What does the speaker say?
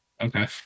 Okay